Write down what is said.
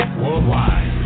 worldwide